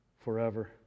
forever